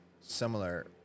similar